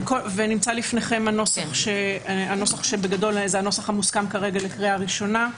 נמצא בפניכם הנוסח המוסכם לקריאה בראשונה.